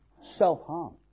Self-harm